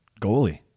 goalie